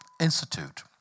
institute